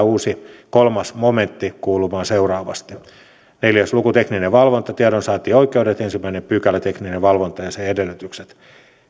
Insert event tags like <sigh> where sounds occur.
<unintelligible> uusi kolmas momentti kuulumaan seuraavasti neljä luku tekninen valvonta ja tiedonsaantioikeudet ensimmäinen pykälä tekninen valvonta ja sen edellytykset